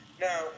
Now